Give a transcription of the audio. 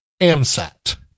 AMSAT